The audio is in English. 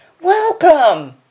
Welcome